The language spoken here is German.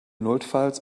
notfalls